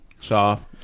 soft